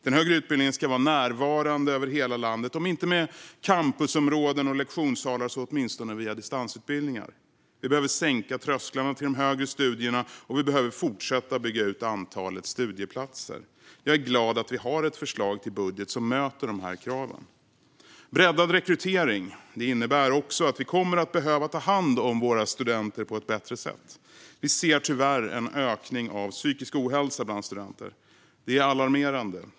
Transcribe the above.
Den högre utbildningen ska vara närvarande över hela landet - om inte med campusområden och lektionssalar, så åtminstone via distansutbildningar. Vi behöver sänka trösklarna till de högre studierna, och vi behöver fortsätta att bygga ut antalet studieplatser. Jag är glad att vi har ett förslag till budget som möter de här kraven. Breddad rekrytering innebär också att vi kommer att behöva ta hand om våra studenter på ett bättre sätt. Vi ser tyvärr en ökning av psykisk ohälsa bland studenter. Det är alarmerande.